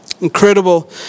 Incredible